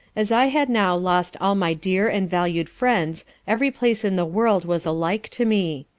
as i had now lost all my dear and valued friends every place in the world was alike to me.